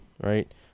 right